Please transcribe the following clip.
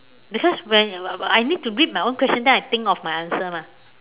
because when I I need to read my own question then I think of a answer mah